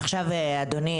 אדוני,